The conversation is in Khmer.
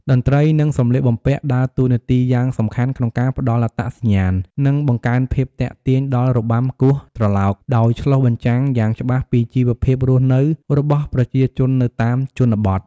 តន្ត្រី និងសម្លៀកបំពាក់ ដើរតួនាទីយ៉ាងសំខាន់ក្នុងការផ្តល់អត្តសញ្ញាណ និងបង្កើនភាពទាក់ទាញដល់របាំគោះត្រឡោក ដោយឆ្លុះបញ្ចាំងយ៉ាងច្បាស់ពីជីវភាពរស់នៅរបស់ប្រជាជននៅតាមជនបទ។